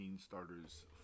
starters